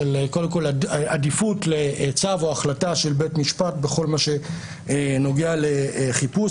קודם כל עדיפות לצו או החלטה של בית משפט בכל מה שנוגע לחיפוש